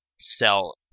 sell